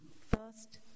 First